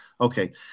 Okay